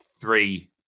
three